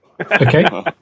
Okay